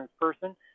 person